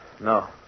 No